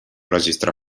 registre